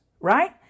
right